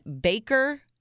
Baker